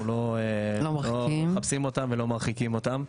אנחנו לא מחפשים אותם ולא מרחיקים אותם.